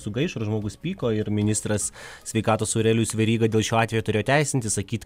sugaišo ir žmogus pyko ir ministras sveikatos aurelijus veryga dėl šio atvejo turėjo teisintis sakyt